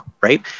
right